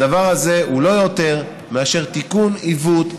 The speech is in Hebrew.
הדבר הזה הוא לא יותר מאשר תיקון עיוות,